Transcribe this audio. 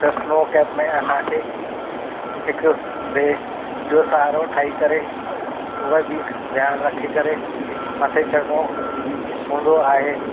त snow cap में असांखे हिकु ॿिए जो सहारो ठही करे वधीक ध्यानु रखी करे मथे चढ़णो हूंदो आहे